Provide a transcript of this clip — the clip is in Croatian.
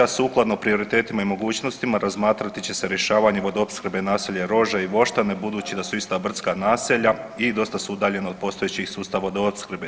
Sukladno prioritetima i mogućnostima razmatrati će se rješavanje vodoopskrbe naselja Roža i Voštane budući da su ista brdska naselja i dosta su udaljena od postojećih sustava vodoopskrbe.